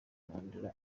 mandela